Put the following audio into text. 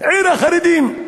עיר החרדים.